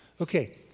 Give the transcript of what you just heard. Okay